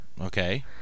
Okay